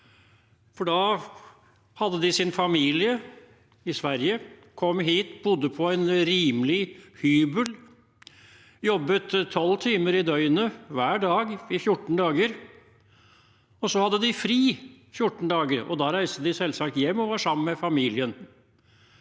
Oslo. Da hadde de sin familie i Sverige, kom hit og bodde på en rimelig hybel, jobbet 12 timer i døgnet hver dag i 14 dager, og så hadde de fri 14 dager. Da reiste de selvsagt hjem og var sammen med familien.